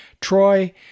troy